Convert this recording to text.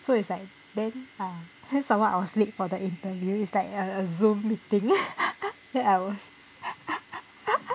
so it's like then ah some more I was late for the interview it's like a a zoom meeting then I was